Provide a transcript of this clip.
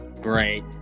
Great